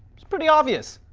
it's pretty obvious.